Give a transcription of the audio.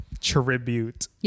tribute